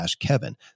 kevin